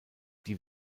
die